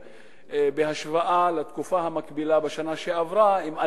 ובהשוואה לתקופה המקבילה בשנה שעברה זו